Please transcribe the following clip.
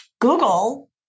Google